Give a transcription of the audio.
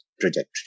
trajectory